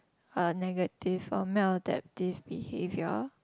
a negative or mild adaptive behaviour